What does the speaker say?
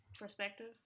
perspective